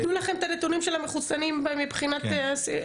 והם ייתנו לכם את הנתונים של המחוסנים מבחינת אסירים,